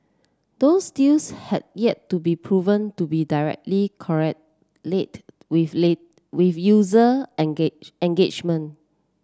those deals have yet to be proven to be directly correlate with late with user engage engagement